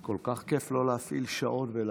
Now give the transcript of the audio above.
כל כך כיף לא להפעיל שעון ולהגיד: